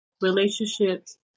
Relationships